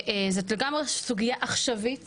זאת סוגיה עכשיוית